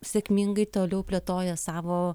sėkmingai toliau plėtoja savo